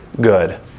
good